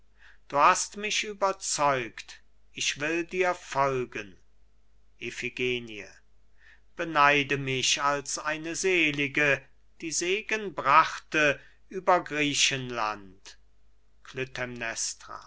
mich überzeugt ich will dir folgen iphigenie beneide mich als eine selige die segen brachte über griechenland